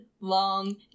long